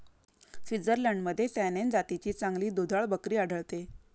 स्वित्झर्लंडमध्ये सॅनेन जातीची चांगली दुधाळ बकरी आढळते